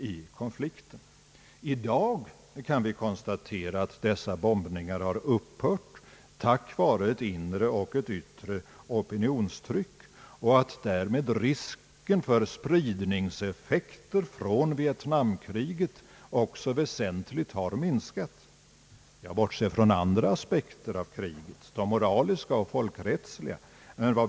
I dag kan vi konstatera att dessa bombningar har upphört tack vare ett yttre och ett inre opinionstryck och att därmed risken för spridningseffekter från Vietnamkriget också väsentligt har minskat. Jag bortser från andra aspekter av kriget — de moraliska och folkrättsliga. Men vad.